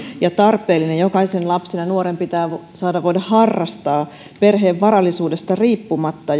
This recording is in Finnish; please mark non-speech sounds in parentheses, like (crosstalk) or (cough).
ja tarpeellinen jokaisen lapsen ja nuoren pitää saada voida harrastaa perheen varallisuudesta riippumatta (unintelligible)